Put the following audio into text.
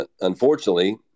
unfortunately